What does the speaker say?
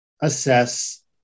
assess